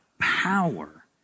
power